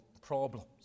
problems